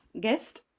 guest